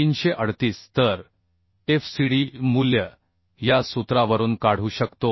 2338 तर FCD मूल्य या सूत्रावरून काढू शकतो